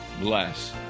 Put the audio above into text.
bless